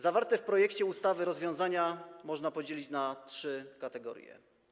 Zawarte w projekcie ustawy rozwiązania można podzielić na trzy kategorie.